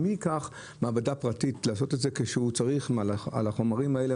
מי ייקח מעבדה פרטית לעשות את זה כשעל החומרים האלה,